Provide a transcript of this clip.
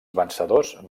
vencedors